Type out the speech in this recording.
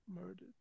murdered